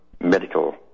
medical